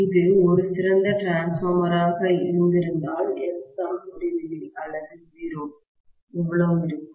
இது ஒரு சிறந்த டிரான்ஸ்பார்மர் ஆக இருந்திருந்தால் Xm முடிவிலி அல்லது 0 எவ்வளவு இருக்கும்